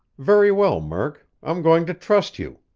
very well, murk, i'm going to trust you.